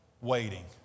waiting